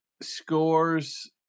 scores